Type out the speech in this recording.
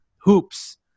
hoops